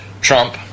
Trump